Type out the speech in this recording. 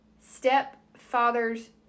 stepfather's